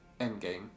Endgame